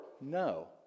no